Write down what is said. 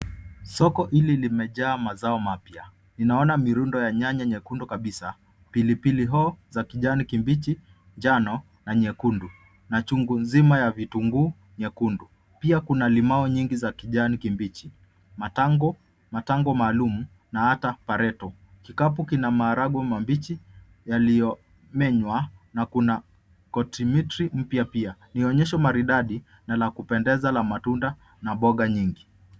Soko hili limejaa mazao mapya. Ninaona mirundo ya nyanya nyekundu kabisa, pilipili hoho za kijani kibichi, njano, na nyekundu, na chungu nzima ya vitunguu nyekundu. Pia kuna limau nyingi za kijani kibichi, matango, matango maalum, na hata pareto . Kikapu kina maharagwe mabichi yaliyomenywa na kuna kotrimitry mpya pia. Ni onyesho maridadi na la kupendeza la matunda na mboga nyingi.